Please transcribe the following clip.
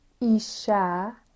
isha